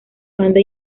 banda